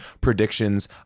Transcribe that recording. predictions